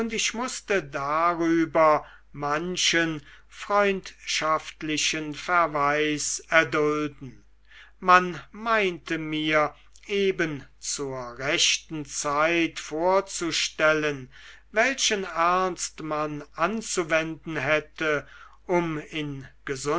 ich mußte darüber manchen freundschaftlichen verweis erdulden man meinte mir eben zur rechten zeit vorzustellen welchen ernst man anzuwenden hätte um in